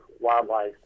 wildlife